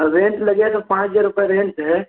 rent लगेगा तो पाँच हज़ार रुपये रेंट है